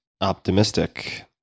optimistic